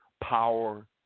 power